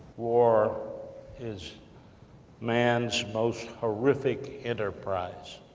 war is man's most horrific enterprise.